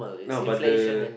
now but the